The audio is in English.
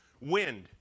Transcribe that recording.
wind